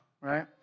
right